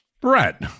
Brett